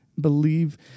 believe